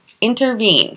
intervene